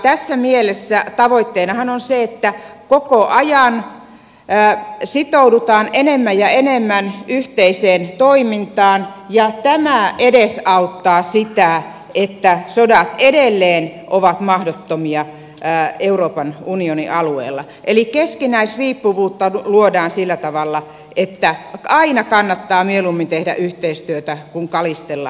tässä mielessä tavoitteenahan on se että koko ajan sitoudutaan enemmän ja enemmän yhteiseen toimintaan ja tämä edesauttaa sitä että sodat edelleen ovat mahdottomia euroopan unionin alueella eli keskinäisriippuvuutta luodaan sillä tavalla että aina kannattaa mieluummin tehdä yhteistyötä kuin kalistella sapeleita